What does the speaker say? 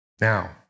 Now